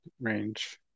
range